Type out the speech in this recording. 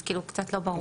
אז זה קצת לא ברור.